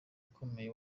ukomeye